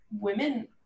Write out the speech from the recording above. women